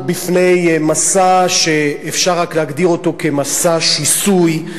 בפני מסע שאפשר להגדיר אותו כמסע שיסוי,